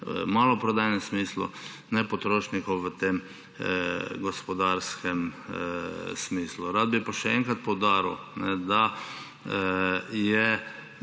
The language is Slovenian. maloprodajnem smislu ne potrošnikov v tem gospodarskem smislu. Rad bi pa še enkrat poudaril, da je